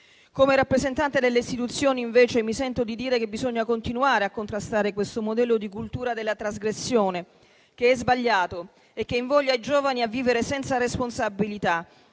Come rappresentante delle istituzioni, invece, mi sento di dire che bisogna continuare a contrastare questo modello di cultura della trasgressione, che è sbagliato e che invoglia i giovani a vivere senza responsabilità,